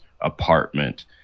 apartment